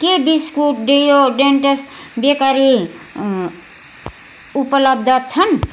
के biscuit deodorants bakery उपलब्ध छन्